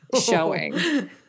showing